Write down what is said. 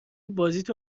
بازیتو